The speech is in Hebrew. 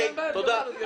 תודה.